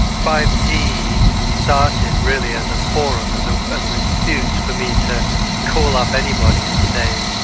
five d started really as a forum, as ah as an excuse for me to call up anybody and say,